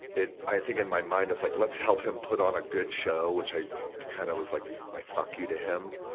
it, i think in my mind, it's like let's help him put on a good show, which kind of was like my fuck you to him.